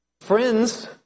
Friends